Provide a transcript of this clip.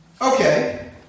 Okay